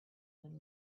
would